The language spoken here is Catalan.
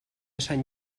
sant